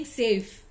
safe